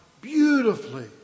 beautifully